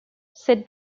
said